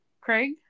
Craig